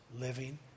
living